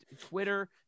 Twitter